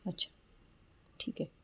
अच्छा ठीक आहे